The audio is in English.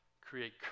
create